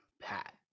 pat